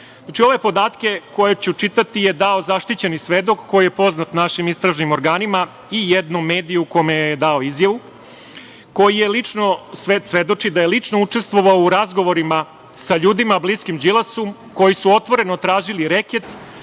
ove podatke koje ću čitati je dao zaštićeni svedok koji je poznat našim istražnim organima i jednom mediju kome je dao izjavu, koji svedoči da lično učestvovao u razgovorima sa ljudima bliskim Đilasu, koji su otvoreno tražili reket